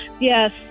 yes